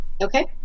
Okay